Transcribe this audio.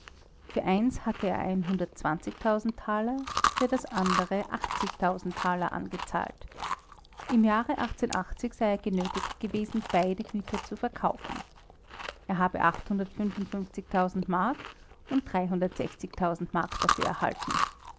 für eins hatte er taler für das andere taler angezahlt im jahre sei er genötigt gewesen beide güter zu verkaufen er habe mark und mark dafür erhalten